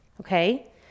Okay